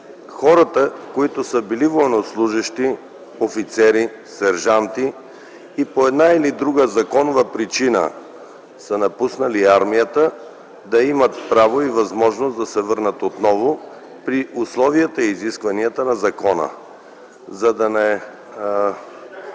хората, които са били военнослужещи - офицери, сержанти, и по една или друга законова причина са напуснали армията, да имат право и възможност да се върнат отново при условията и изискванията на закона. За да дадем